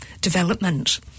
development